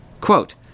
quote